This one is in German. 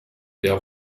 der